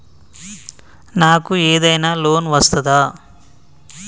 నాకు ఏదైనా లోన్ వస్తదా?